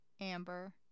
Amber